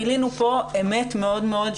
גילינו פה אמת מאוד מאוד,